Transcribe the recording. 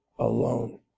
Alone